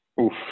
Oof